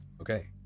Okay